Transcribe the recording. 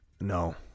no